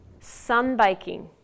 sunbaking